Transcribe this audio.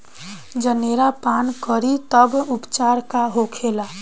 जनेरा पान करी तब उपचार का होखेला?